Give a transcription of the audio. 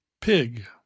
Pig